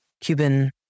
cuban